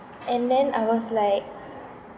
and then I was like